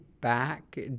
back